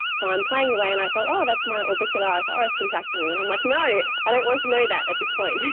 so i'm playing away and i thought, oh, that's my orbicularis oris contracting and then i'm like, no, i don't want to know that at this point,